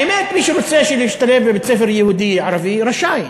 האמת, מי שרוצה להשתלב בבית-ספר יהודי, ערבי רשאי.